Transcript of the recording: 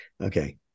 Okay